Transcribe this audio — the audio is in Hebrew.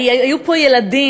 היו פה ילדים.